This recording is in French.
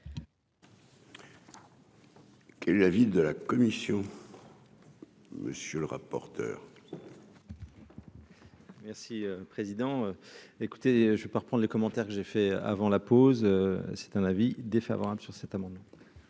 Qu'est l'avis de la commission. Monsieur le rapporteur. Merci président écoutez je peux reprendre les commentaires que j'ai fait avant la pause, c'est un avis défavorable sur cet amendement.